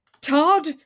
todd